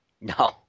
No